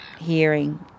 hearing